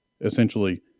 essentially